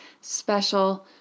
special